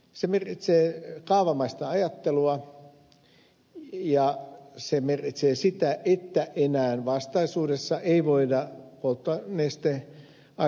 se merkitsee kaavamaista ajattelua ja se merkitsee sitä että enää vastaisuudessa ei voida ottaa neste on